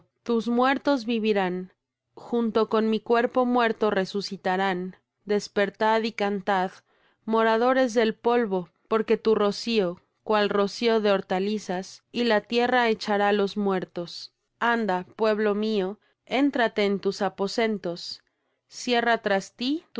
tus muertos vivirán junto con mi cuerpo muerto resucitarán despertad y cantad moradores del polvo porque tu rocío cual rocío de hortalizas y la tierra echará los muertos anda pueblo mío éntrate en tus aposentos cierra tras ti